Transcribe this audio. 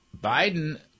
Biden